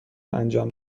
انجام